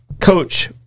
coach